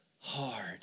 hard